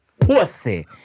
pussy